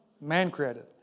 Man-created